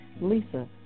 Lisa